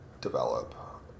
develop